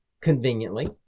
Conveniently